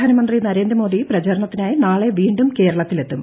പ്രധാനമന്ത്രി നരേന്ദ്ര മോദി പ്രചാരണത്തിനായി നാളെ വീണ്ടും കേരളത്തിലെത്തും